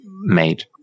made